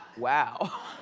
wow.